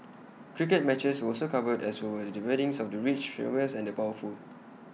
cricket matches were also covered as were the weddings of the rich the famous and the powerful